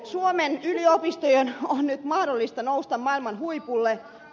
suomen yliopistojen on nyt mahdollista nousta maailman huipulle